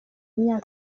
myaka